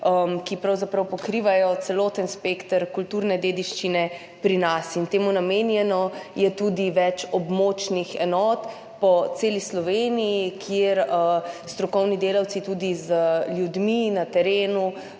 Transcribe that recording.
ki pravzaprav pokrivajo celoten spekter kulturne dediščine pri nas. Temu namenjenih je tudi več območnih enot po celi Sloveniji, kjer strokovni delavci tudi z ljudmi na terenu,